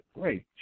great